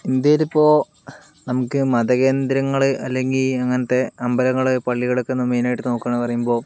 ഇന്ത്യയില് ഇപ്പോൾ നമുക്ക് മത കേന്ദ്രങ്ങള് അല്ലങ്കിൽ അങ്ങനത്തെ അമ്പലങ്ങള് പള്ളികളൊക്കെ നാം മെയിനായിട്ട് നോക്കാണെന്ന് പറയുമ്പോൾ